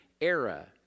era